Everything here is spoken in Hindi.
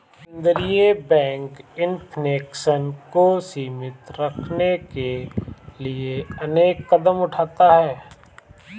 केंद्रीय बैंक इन्फ्लेशन को सीमित रखने के लिए अनेक कदम उठाता है